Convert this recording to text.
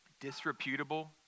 disreputable